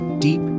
deep